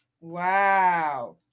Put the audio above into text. Wow